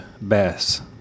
bass